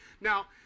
Now